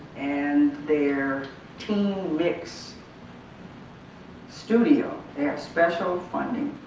and their teen mix studio. they have special funding